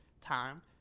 time